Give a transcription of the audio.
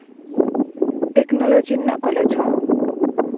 technology ᱨᱮᱱᱟᱜ college ᱦᱚᱸ